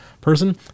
person